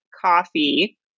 coffee